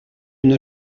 une